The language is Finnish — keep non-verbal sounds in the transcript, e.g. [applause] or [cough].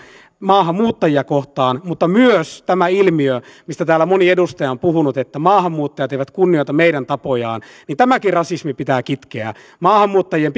maahanmuuttajia kohtaan mutta myös liittyen tähän ilmiöön mistä täällä moni edustaja on puhunut että maahanmuuttajat eivät kunnioita meidän tapojamme tämäkin rasismi pitää kitkeä maahanmuuttajien [unintelligible]